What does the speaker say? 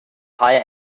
higher